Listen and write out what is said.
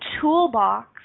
toolbox